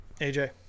AJ